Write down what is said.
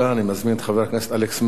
אני מזמין את חבר הכנסת אלכס מילר,